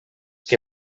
que